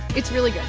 it's really good.